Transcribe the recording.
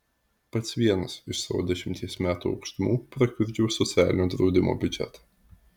pats vienas iš savo dešimties metų aukštumų prakiurdžiau socialinio draudimo biudžetą